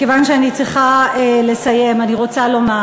כיוון שאני צריכה לסיים אני רוצה לומר